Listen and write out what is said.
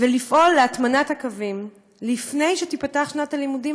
ולפעול להטמנת הקווים לפני שתיפתח שנת הלימודים.